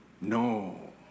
No